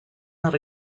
not